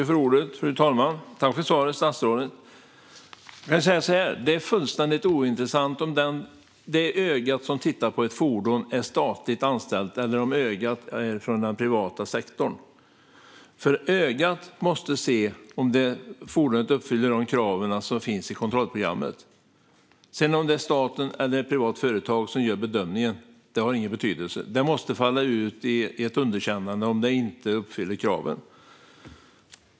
Fru talman! Tack, statsrådet, för svaret! Jag kan säga så här: Det är fullständigt ointressant om det öga som tittar på ett fordon är statligt anställt eller kommer från den privata sektorn. Ögat måste se om fordonet uppfyller de krav som finns i kontrollprogrammet; om det sedan är staten eller ett privat företag som gör bedömningen har ingen betydelse. Det måste falla ut i ett underkännande om kraven inte uppfylls.